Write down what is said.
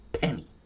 penny